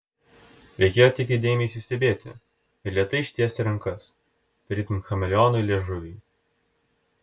reikėjo tik įdėmiai įsistebėti ir lėtai ištiesti rankas tarytum chameleonui liežuvį